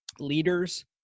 leaders